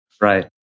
Right